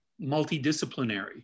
multidisciplinary